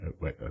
Wait